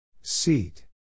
Seat